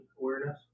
awareness